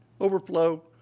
overflow